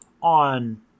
on